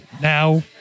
now